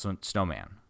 Snowman